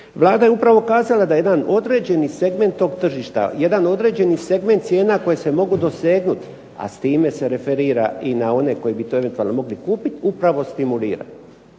Vlada je upravo kazala da jedan određeni segment tog tržišta, jedan određeni segment cijena koje se mogu dosegnuti, a s time se referira i na one koji bi to eventualno kupiti upravo stimulira.